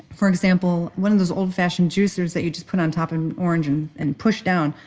for example, one of those old fashion juicers that you just put on top of an orange and and push down.